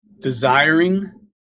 desiring